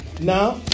Now